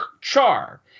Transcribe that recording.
char